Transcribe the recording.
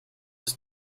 his